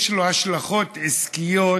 יש לו השלכות עסקיות